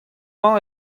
mañ